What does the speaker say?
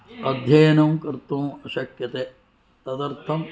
अध्ययनं कर्तुं शक्यते तदर्थं